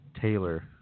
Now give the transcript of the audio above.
Taylor